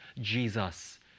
Jesus